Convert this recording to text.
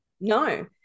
no